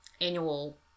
annual